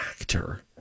Actor